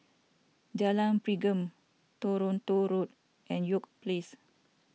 Jalan Pergam Toronto Road and York Place